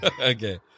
Okay